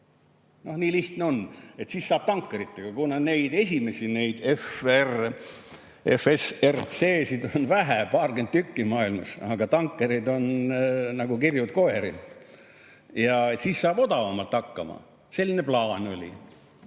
Nii lihtne ongi. Siis saab tankeritega [tegutseda], kuna neid FSRU-sid on vähe, paarkümmend tükki maailmas, aga tankereid on nagu kirjuid koeri. Ja siis saab odavamalt hakkama. Selline plaan oli.